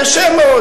קשה מאוד.